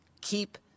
keep